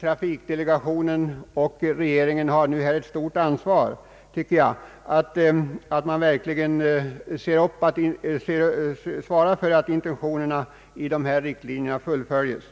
trafikdelegationen och regeringen har nu ett stort ansvar för att intentionerna verkligen uppföljs.